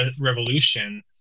revolution